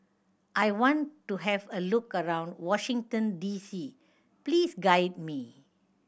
I want to have a look around Washington D C please guide me